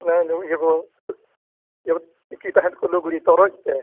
ᱱᱚᱣᱟ ᱤᱭᱟᱹ ᱠᱚ ᱛᱤᱠᱤ ᱛᱟᱦᱮᱱ ᱠᱚ ᱞᱩᱜᱽᱲᱤ ᱛᱚᱨᱚᱡᱛᱮ